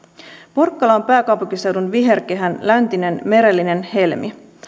porkkala on pääkaupunkiseudun viherkehän läntinen merellinen helmi